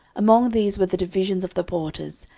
among these were the divisions of the porters,